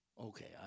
okay